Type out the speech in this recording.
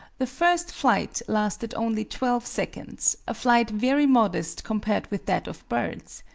the first flight lasted only twelve seconds, a flight very modest compared with that of birds,